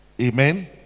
Amen